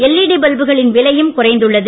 LED பல்புகளின் விலையும் குறைந்துள்ளது